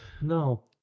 No